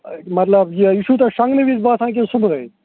مطلب یہِ یہِ چھُو تۄہہِ شونٛگنہٕ وِزِ باسان کِنہٕ صُبحٲے